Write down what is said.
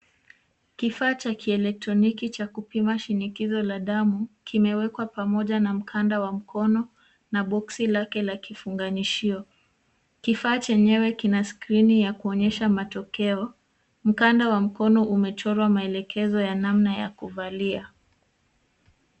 Kifaa cha kieletroniki cha kupima shinikizo la damu, kimewekwa pamoja na mkanda wa mkono na bokisi lake la kifunganishio. Kifaa chenyewe kina sikirini ya kuonyesha matokeo. Mkanda wa mkono umechorwa maelekezo ya namna ya kuvalia.